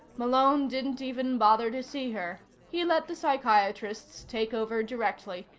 malone didn't even bother to see her. he let the psychiatrists take over directly,